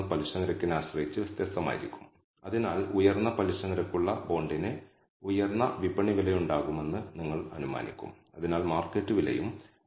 പക്ഷേ ഇന്റർസെപ്റ്റിന്റെ S β̂₀ ഈ പരാമീറ്ററിന്റെ ഈ സ്റ്റാൻഡേർഡ് ഡീവിയേഷൻ എസ്റ്റിമേറ്റ് ചെയ്ത സ്റ്റാൻഡേർഡ് ഡീവിയേഷൻ എന്താണെന്നും ഇത് നിങ്ങളോട് പറയുന്നു β1 ന്റെ ഈ എസ്റ്റിമേറ്റ് 0